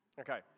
Okay